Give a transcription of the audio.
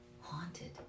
Haunted